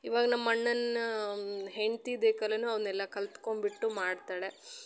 ಇವಾಗ ನಮ್ಮ ಅಣ್ಣನ ಹೆಂಡತಿ ಅವನೆಲ್ಲ ಕಲ್ತ್ಕೊಂಡ್ಬಿಟ್ಟು ಮಾಡ್ತಾಳೆ